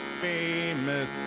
famous